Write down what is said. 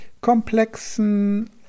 komplexen